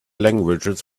languages